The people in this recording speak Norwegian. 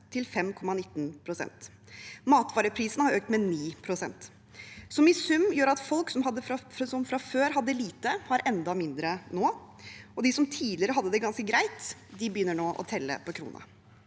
til 5,19 pst. Matvareprisene har økt med 9 pst. I sum gjør det at folk som fra før hadde lite, nå har enda mindre, og de som tidligere hadde det ganske greit, begynner nå å telle på kronene.